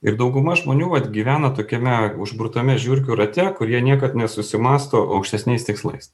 ir dauguma žmonių vat gyvena tokiame užburtame žiurkių rate kur jie niekad nesusimąsto aukštesniais tikslais